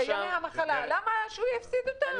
למה שהוא יפסיד אותם?